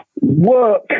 work